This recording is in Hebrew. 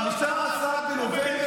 ב-15 בנובמבר 1988,